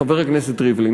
חבר הכנסת ריבלין,